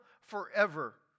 forever